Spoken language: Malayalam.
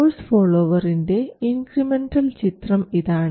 സോഴ്സ് ഫോളോവറിൻറെ ഇൻക്രിമെൻറൽ ചിത്രം ഇതാണ്